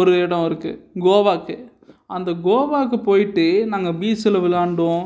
ஒரு இடம் இருக்கு கோவாக்கு அந்த கோவாக்கு போயிட்டு நாங்கள் பீச்சில் விளாண்டோம்